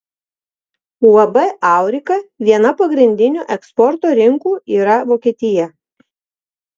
uab aurika viena pagrindinių eksporto rinkų yra vokietija